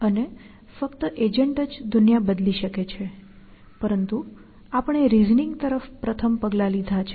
અને ફક્ત એજન્ટ જ દુનિયા બદલી શકે છે પરંતુ આપણે રિઝનિંગ તરફ પ્રથમ પગલા લીધા છે